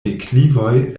deklivoj